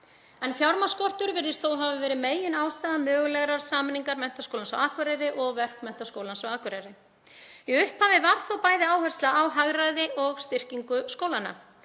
Fjármagnsskortur virðist þó hafa verið meginástæða mögulegrar sameiningar Menntaskólans á Akureyri og Verkmenntaskólans á Akureyri. Í upphafi var þó bæði áhersla á hagræði og styrkingu skólanna